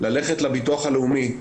ללכת לביטוח הלאומי,